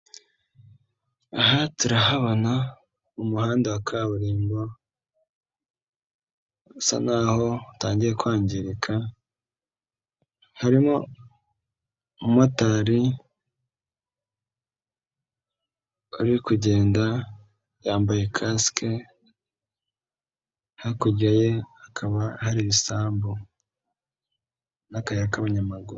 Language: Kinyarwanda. Aha turahabona umuhanda wa kaburimbo usa naho utangiye kwangirika, harimo umumotari uri kugenda yambaye kasike hakurya ye hakaba hari ibisambu n'akayira k'abanyamaguru.